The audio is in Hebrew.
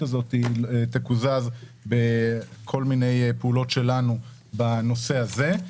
הזאת תקוזז בכל מיני פעולות שלנו בנושא הזה.